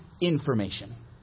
information